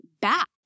back